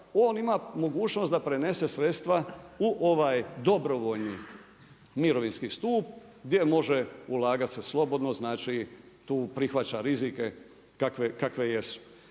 on ima mogućnost da prenese sredstva u ovaj dobrovoljni mirovinski stup gdje može ulagat se slobodno, znači tu prihvaća rizike kakve jesu.